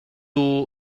توم